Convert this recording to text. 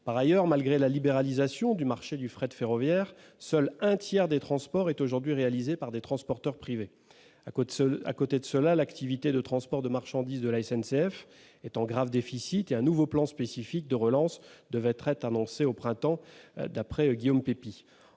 Par ailleurs, malgré la libéralisation du marché du fret ferroviaire en 2006, seul un tiers des transports sont aujourd'hui réalisés par des transporteurs privés. À côté de cela, l'activité de transport de marchandises de la SCNF est en grave déficit, et un nouveau plan spécifique de relance devrait être annoncé au printemps, selon Guillaume Pepy.